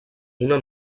una